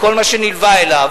עם כל מה שנלווה אליו,